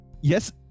yes